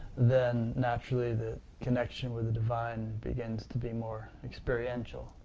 then naturally the connection with the divine begins to be more experiential,